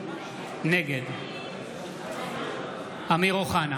נגד אמיר אוחנה,